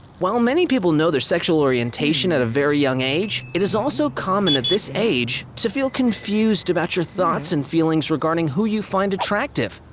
while many people know their sexual orientation at a very young age, it is also common at this age to feel confused about your thoughts and feelings regarding who you find attractive.